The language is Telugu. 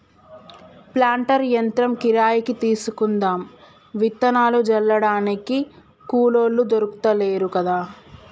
ప్లాంటర్ యంత్రం కిరాయికి తీసుకుందాం విత్తనాలు జల్లడానికి కూలోళ్లు దొర్కుతలేరు కదా